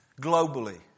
globally